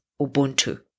Ubuntu